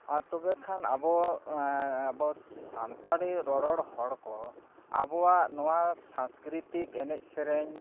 ᱢᱟ ᱛᱚᱵᱮ ᱠᱷᱟᱱ ᱟᱵᱚ ᱟᱵᱚ ᱥᱟᱱᱛᱟᱲᱤ ᱨᱚᱨᱚᱲ ᱦᱚᱲ ᱠᱚ ᱟᱵᱚᱣᱟᱜ ᱱᱚᱣᱟ ᱥᱟᱝᱥᱠᱨᱤᱛᱤᱠ ᱮᱱᱮᱡ ᱥᱮᱨᱮᱧ